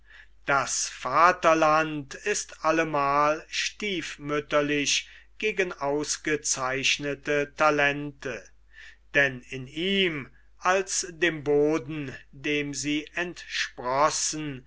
das vaterland ist allemal stiefmütterlich gegen ausgezeichnete talente denn in ihm als dem boden dem sie entsprossen